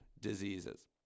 diseases